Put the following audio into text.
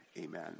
Amen